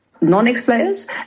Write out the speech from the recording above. non-ex-players